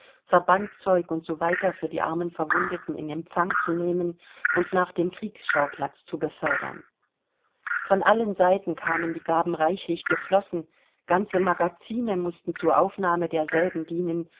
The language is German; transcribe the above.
verbandszeug u s w für die armen verwundeten in empfang zu nehmen und nach dem kriegsschauplatz zu befördern von allen seiten kamen die gaben reichlich geflossen ganze magazine mußten zur aufnahme derselben dienen